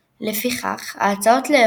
לפי הפורמט המתוקן,